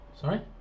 Sorry